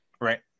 Right